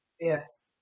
Yes